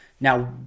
Now